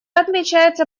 отмечается